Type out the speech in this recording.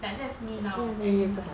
then that's me now every night